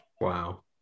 Wow